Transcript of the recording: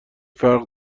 فرق